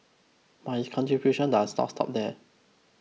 but his contributions does not stop there